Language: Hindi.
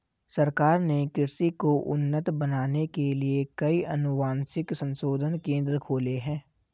सरकार ने कृषि को उन्नत बनाने के लिए कई अनुवांशिक संशोधन केंद्र खोले हैं